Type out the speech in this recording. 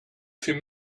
fait